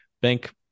bank